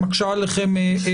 שמקשה עליכם ---?